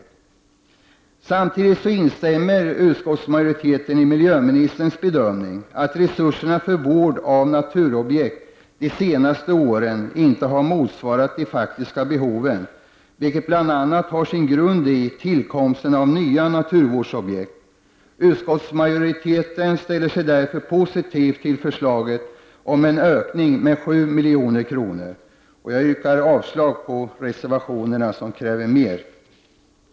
Utskottsmajoriteten instämmer samtidigt i miljöministerns bedömning att resurserna för vård av naturvårdsobjekt de senaste åren inte har motsvarat de faktiska behoven, något som bl.a. har sin grund i tillkomsten av nya naturvårdsobjekt. Utskottsmajoriteten ställer sig därför positiv till förslaget om en ökning med 7 milj.kr. Jag yrkar avslag på de reservationer som kräver = Prot. 1989/90:104 mer.